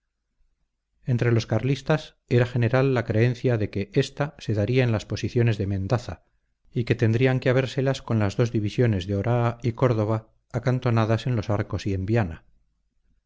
entre los carlistas era general la creencia de que ésta se daría en las posiciones de mendaza y que tendrían que habérselas con las dos divisiones de oraa y córdoba acantonadas en los arcos y